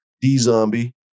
D-Zombie